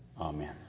Amen